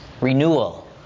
renewal